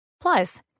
Plus